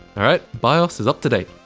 alright, bios is up to date!